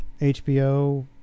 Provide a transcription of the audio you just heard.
HBO